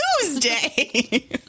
Tuesday